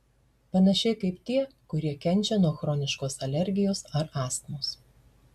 panašiai kaip tie kurie kenčia nuo chroniškos alergijos ar astmos